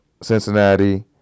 Cincinnati